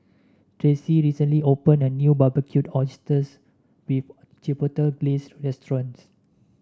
Tracy recently opened a new Barbecued Oysters with Chipotle Glaze restaurant